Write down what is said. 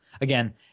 Again